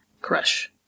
Crush